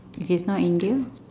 if not india